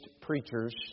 preachers